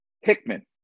Hickman